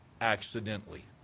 accidentally